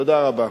תודה רבה.